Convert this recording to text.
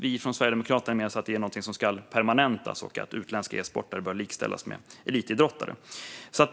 Vi sverigedemokrater menar att undantaget ska permanentas och att utländska e-sportare bör likställas med elitidrottare.